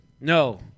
No